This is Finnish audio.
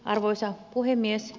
arvoisa puhemies